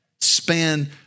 span